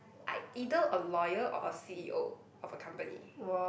I either a lawyer or a C_E_O of a company